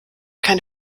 keine